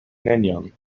nenion